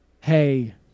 hey